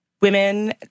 women